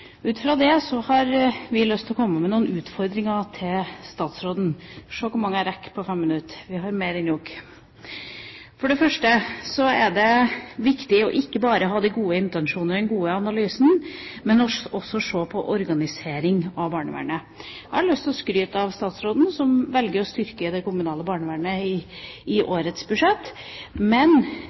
Ut fra det har vi lyst til å komme med noen utfordringer til statsråden. Vi får se hvor mange jeg rekker på 5 minutter – vi har mer enn nok! For det første er det viktig ikke bare å ha de gode intensjoner og den gode analysen, men også å se på organiseringa av barnevernet. Jeg har lyst til å skryte av statsråden, som